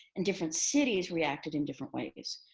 and different cities reacted in different ways.